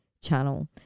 channel